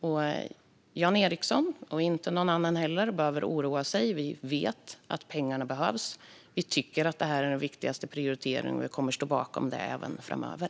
Varken Jan Ericson eller någon annan behöver oroa sig; vi vet att pengarna behövs. Vi tycker att det här är den viktigaste prioriteringen, och vi kommer att stå bakom den även framöver.